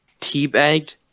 teabagged